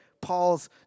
Paul's